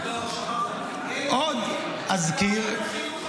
לא --- הם אומרים,